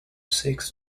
seeks